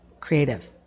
creative